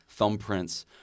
thumbprints